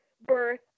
birth